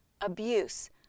abuse